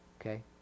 Okay